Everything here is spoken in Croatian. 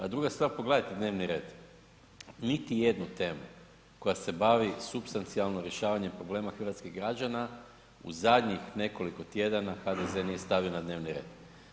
A druga stvar, pogledajte dnevni red, niti jednu temu koja se bavi supstancijalno rješavanjem problema hrvatskih građana u zadnjih nekoliko tjedana HDZ nije stavio na dnevni red.